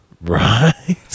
Right